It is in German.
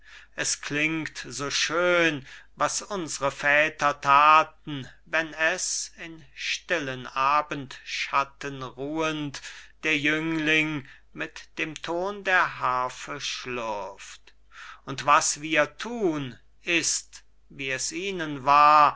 es klingt so schön was unsre väter thaten wenn es in stillen abendschatten ruhend der jüngling mit dem ton der harfe schlürft und was wir thun ist wie es ihnen war